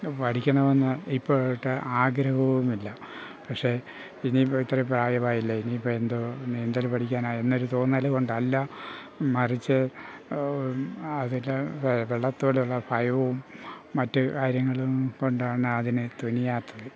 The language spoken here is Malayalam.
പഠിക്കണമെന്ന് ഇപ്പഴ് ഒട്ടും ആഗ്രഹവുമില്ല പക്ഷേ ഇനി ഇപ്പം ഇത്ര പ്രായമായില്ലേ ഇനി ഇപ്പോൾ എന്തോ നീന്തൽ പഠിക്കാനാണ് എന്നൊരു തോന്നൽ കൊണ്ടല്ല മറിച്ച് അതിൻ്റെ വെള്ളത്തിനോടുള്ള ഭയവും മറ്റു കാര്യങ്ങളും കൊണ്ടാണ് അതിന് തുനിയാത്തത്